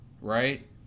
right